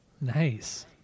Nice